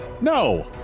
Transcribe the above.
No